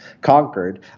conquered